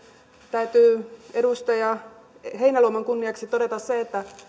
täytyy edustaja heinäluoman kunniaksi todeta se että